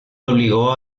obligó